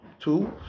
two